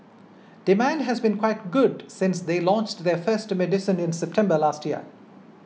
demand has been quite good since they launched their first medicine in September last year